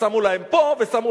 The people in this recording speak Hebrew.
ושמו להם פה,